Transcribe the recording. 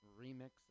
remix